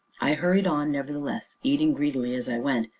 i hurried on, nevertheless, eating greedily as i went,